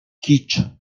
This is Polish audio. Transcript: kicz